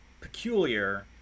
peculiar